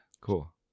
Cool